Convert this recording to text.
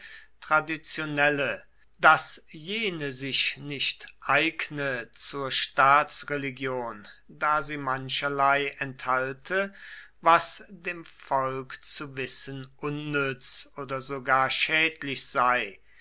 traditionelle daß jene sich nicht eigne zur staatsreligion da sie mancherlei enthalte was dem volk zu wissen unnütz oder sogar schädlich sei